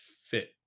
fit